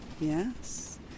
yes